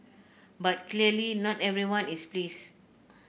but clearly not everyone is please